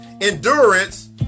Endurance